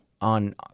on